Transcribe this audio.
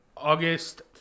August